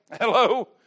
Hello